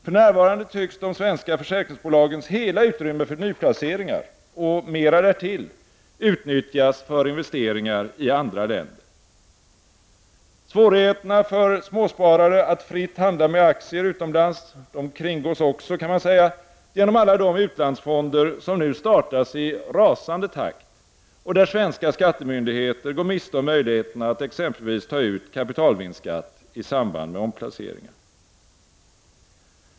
För närvarande tycks de svenska försäkringsbolagens hela utrymme för nyplaceringar och mera därtill utnyttjas för investeringar i andra länder. Svårigheterna för småsparare att fritt handla med aktier utomlands kringgås också genom alla de utlandsfonder som nu startas i rasande takt, och där svenska skattemyndigheter går miste om möjligheterna att exempelvis ta ut kapitalvinstskatt i samband med omplaceringar.